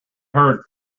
heard